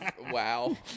Wow